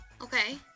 Okay